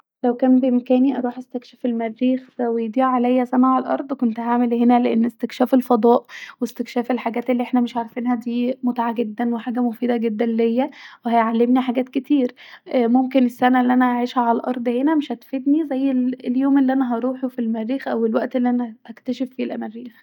لو كان بإمكاني اروح استكشف المريخ ويضيع عليا سنه علي الارض كنت هعمل كدا لأن استكشاف الفضاء واستكشاف الحاجات الي احنا مش عارفينها ديه متعه جدا وحاجه مفيده جدا ليا وهيعلمني حاجات كتير ممكن السنه الي انا هعيشها هنا في الأرض مش هتغيدني قد اليوم الي هروح فيه المريخ أو اليوم الي هستكشف فيه المريخ